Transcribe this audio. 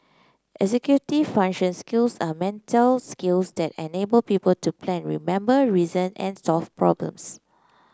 executive function skills are mental skills that enable people to plan remember reason and solve problems